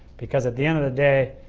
because at the end of the day,